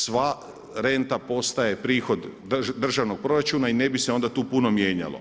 Sva renta postaje prihod državnog proračuna i ne bi se onda tu puno mijenjalo.